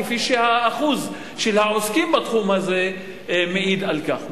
כפי שהאחוז של העוסקים בתחום הזה מעיד על כך.